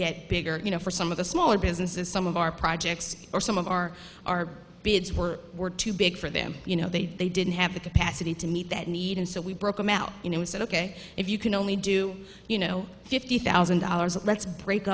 get bigger you know for some of the smaller businesses some of our projects or some of our our bids were were too big for them you know they they didn't have the capacity to meet that need and so we brought them out you know said ok if you can only do you know fifty thousand dollars let's break